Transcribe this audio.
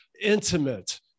intimate